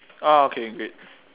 orh okay great